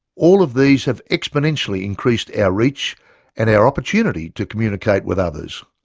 all of these have exponentially increased our reach and our opportunity to communicate with others.